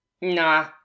Nah